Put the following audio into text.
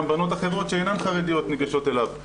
בנות אחרות שאינן חרדיות ניגשות אליו,